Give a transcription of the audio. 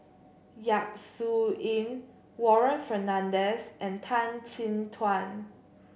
Yap Su Yin Warren Fernandez and Tan Chin Tuan